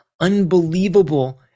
unbelievable